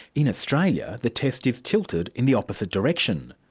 in australia the test is tilted in the opposite direction.